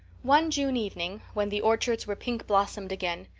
one june evening, when the orchards were pink blossomed again,